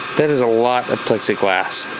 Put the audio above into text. that is a lot of plexiglass.